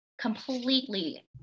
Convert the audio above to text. completely